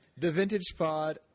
TheVintagePod